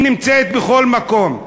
היא נמצאת בכל מקום.